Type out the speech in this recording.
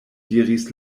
diris